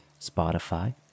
Spotify